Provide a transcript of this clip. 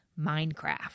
Minecraft